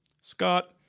Scott